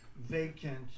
vacant